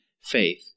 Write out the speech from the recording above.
faith